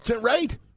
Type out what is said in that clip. right